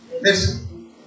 Listen